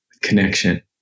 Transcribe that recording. connection